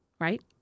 Right